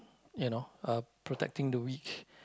you know uh protecting the weak